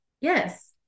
Yes